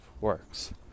works